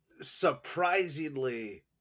surprisingly